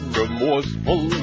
remorseful